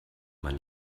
man